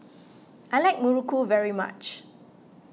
I like Muruku very much